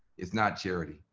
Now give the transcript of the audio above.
it's not charity,